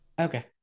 okay